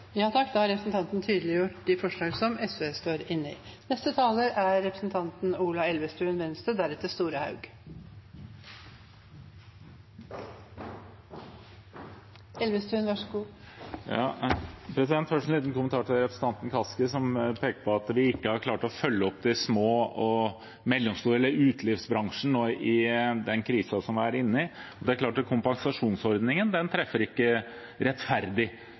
Representanten Kari Elisabeth Kaski har tatt opp de forslagene hun refererte til. Først en liten kommentar til representanten Kaski, som peker på at vi ikke har klart å følge opp de små og mellomstore eller utelivsbransjen i den krisen vi er inne i. Det er klart at kompensasjonsordningen treffer ikke rettferdig.